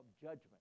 judgment